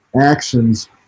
actions